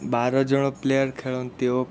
ବାରଜଣ player ଖେଳନ୍ତି ଓ